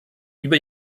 über